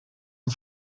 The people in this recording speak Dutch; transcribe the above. een